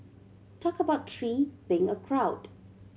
talk about three being a crowd